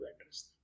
address